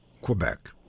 Quebec